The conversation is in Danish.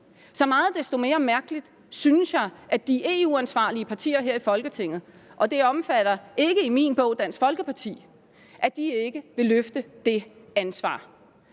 Så meget desto mere mærkeligt synes jeg det er, at de EU-ansvarlige partier her i Folketinget – og det omfatter i min bog ikke Dansk Folkeparti – ikke vil løfte det ansvar.